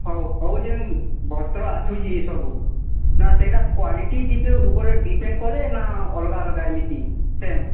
ହଉ ହଉ ଯେଉଁ ବସ୍ତ୍ର ଆସୁଚି ସବୁ ନା ସେଇଟା କ୍ଵାଲିଟି ଉପରେ ଡ଼ିପେଣ୍ଡ କରେ ନା ଅଲଗା ଅଲଗା ଏମିତି ସେମ୍